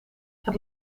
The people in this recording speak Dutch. het